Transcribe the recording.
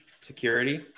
security